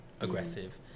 aggressive